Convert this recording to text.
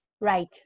Right